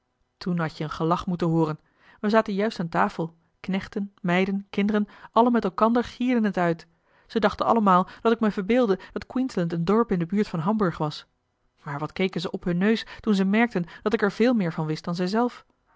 toen had je een gelach moeten hooren we zaten juist aan tafel knechten meiden kinderen alle met elkander gierden het uit ze dachten allemaal dat ik me verbeeldde dat queensland een dorp in de buurt van hamburg was maar wat keken ze op hun neus toen ze merkten dat ik er veel meer van wist dan zij zelf